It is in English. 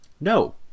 No